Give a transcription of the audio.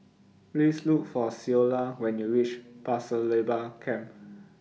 Please Look For Ceola when YOU REACH Pasir Laba Camp